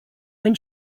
when